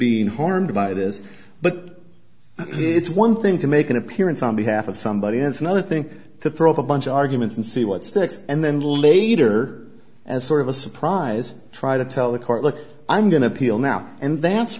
being harmed by this but it's one thing to make an appearance on behalf of somebody and another thing to throw up a bunch of arguments and see what sticks and then later as sort of a surprise try to tell the court look i'm going to appeal now and that's